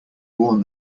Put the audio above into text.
warn